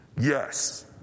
Yes